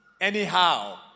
anyhow